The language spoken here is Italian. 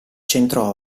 centro